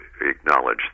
acknowledge